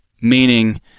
meaning